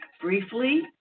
briefly